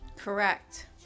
Correct